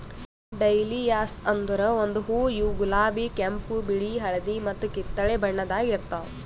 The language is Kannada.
ಡಹ್ಲಿಯಾಸ್ ಅಂದುರ್ ಒಂದು ಹೂವು ಇವು ಗುಲಾಬಿ, ಕೆಂಪು, ಬಿಳಿ, ಹಳದಿ ಮತ್ತ ಕಿತ್ತಳೆ ಬಣ್ಣದಾಗ್ ಇರ್ತಾವ್